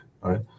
Right